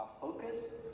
focus